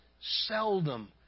seldom